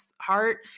heart